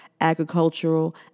Agricultural